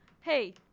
Hey